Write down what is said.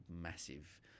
massive